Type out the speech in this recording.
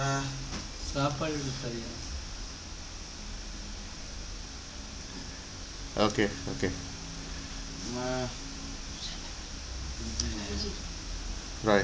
okay okay right